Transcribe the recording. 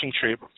trip